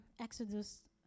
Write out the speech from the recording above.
Exodus